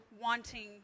wanting